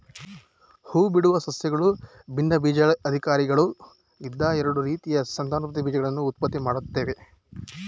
ಹೂಬಿಡುವ ಸಸ್ಯಗಳು ಭಿನ್ನಬೀಜಕಧಾರಿಗಳಾಗಿದ್ದು ಎರಡು ರೀತಿಯ ಸಂತಾನೋತ್ಪತ್ತಿ ಬೀಜಕಗಳನ್ನು ಉತ್ಪತ್ತಿಮಾಡ್ತವೆ